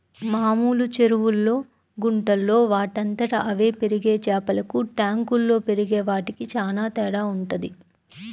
మామూలు చెరువుల్లో, గుంటల్లో వాటంతట అవే పెరిగే చేపలకి ట్యాంకుల్లో పెరిగే వాటికి చానా తేడా వుంటది